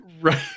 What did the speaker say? Right